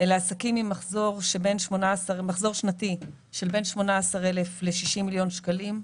אלה עסקים עם מחזור שנתי של בין 18 אלף ל-60 מיליון שקלים,